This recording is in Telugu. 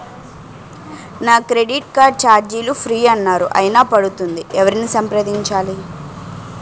నా క్రెడిట్ కార్డ్ ఛార్జీలు ఫ్రీ అన్నారు అయినా పడుతుంది ఎవరిని సంప్రదించాలి?